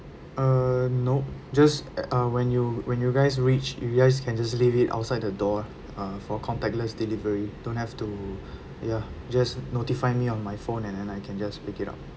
err nope just a~ uh when you when you guys reach you guys can just leave it outside the door ah uh for contactless delivery don't have to ya just notify me on my phone and then I can just pick it up